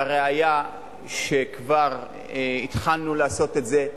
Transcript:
והראיה - שכבר התחלנו לעשות את זה.